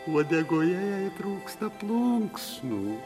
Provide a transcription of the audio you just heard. uodegoje jai trūksta plunksnų